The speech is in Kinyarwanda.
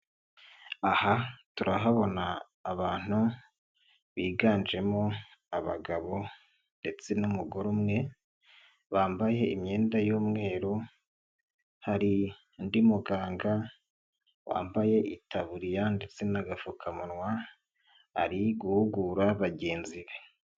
Aha turahabona abantu biganjemo abagabo ndetse n'umugore umwe bambaye imyenda y'umweru, hari undi muganga wambaye itaburiya ndetse n'agapfukamunwa ari guhugura bagenzi be.